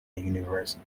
university